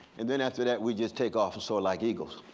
and then after that we just take off and soar like eagles.